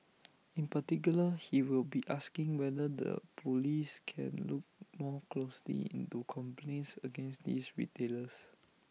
in particular he will be asking whether the Police can look more closely into complaints against these retailers